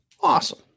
Awesome